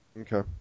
Okay